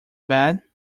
bad